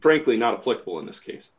frankly not political in this case